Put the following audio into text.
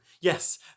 Yes